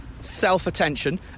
self-attention